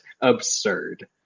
absurd